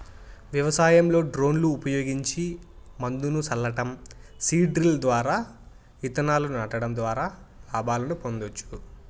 వ్యవసాయంలో డ్రోన్లు ఉపయోగించి మందును సల్లటం, సీడ్ డ్రిల్ ద్వారా ఇత్తనాలను నాటడం ద్వారా లాభాలను పొందొచ్చు